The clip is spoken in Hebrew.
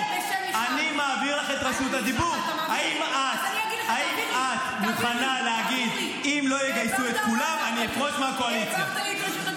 ואם לא כולם יתגייסו אני אפרוש מהקואליציה.